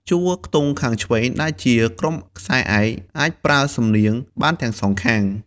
ជួរខ្ទង់ខាងឆ្វេង ដែលជា ក្រុមខ្សែឯក អាចប្រើសំនៀងបានទាំងសងខាង។